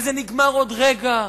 וזה נגמר עוד רגע.